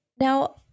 Now